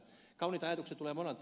kauniita ajatuksia tulee monelta